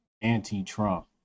anti-trump